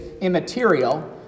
immaterial